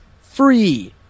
free